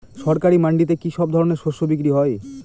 সরকারি মান্ডিতে কি সব ধরনের শস্য বিক্রি হয়?